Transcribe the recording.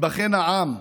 ייבחן העם.